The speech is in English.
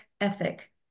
ethic